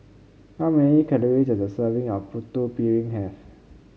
how many calories does a serving of Putu Piring have